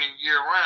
year-round